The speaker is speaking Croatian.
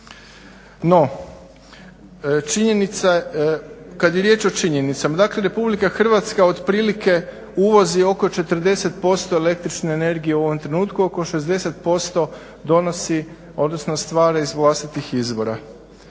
No, činjenica kad je riječ o činjenicama. Dakle, Republika Hrvatska otprilike uvozi oko 40% električne energije u ovom trenutku. Oko 60% donosi, odnosno stvara iz vlastitih izvora.